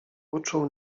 uczuł